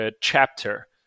chapter